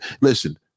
listen